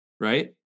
right